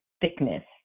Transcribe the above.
thickness